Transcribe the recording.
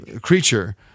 creature